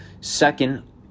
Second